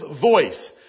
voice